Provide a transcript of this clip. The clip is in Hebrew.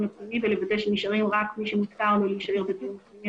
הפנימי ולוודא שנשאר רק מי שנשאר בדיון הפנימי.